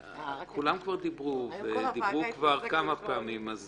כולם כבר דיברו, ודיברו כבר כמה פעמים.